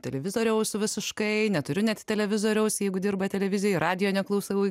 televizoriaus visiškai neturiu net televizoriaus jeigu dirba televizijoj radijo neklausau